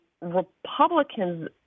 Republicans